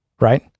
right